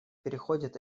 переходит